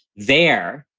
there.